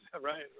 right